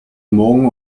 morgen